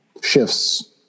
shifts